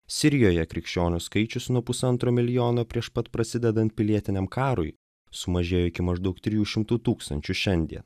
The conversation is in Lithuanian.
sirijoje krikščionių skaičius nuo pusantro milijono prieš pat prasidedant pilietiniam karui sumažėjo iki maždaug trijų šimtų tūkstančių šiandien